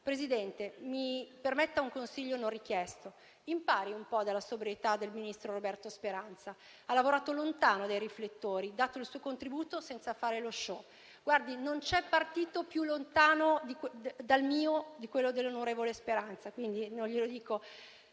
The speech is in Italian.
Presidente, mi permetta un consiglio non richiesto: impari un po' dalla sobrietà del ministro Roberto Speranza, che ha lavorato lontano dai riflettori e dato il suo contributo senza fare lo *show*. Guardi: non c'è partito più lontano dal mio di quello dell'onorevole Speranza e, quindi, non glielo dico